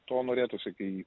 to norėtųsi kai